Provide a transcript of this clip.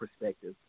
perspective